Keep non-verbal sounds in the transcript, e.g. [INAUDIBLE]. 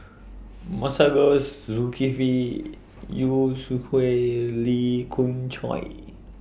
Masagos Zulkifli Yu [UNINTELLIGIBLE] Lee Khoon Choy